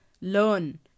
learn